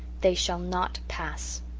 they shall not pass